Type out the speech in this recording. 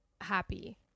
happy